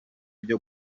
byo